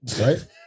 Right